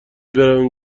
برویم